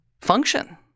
function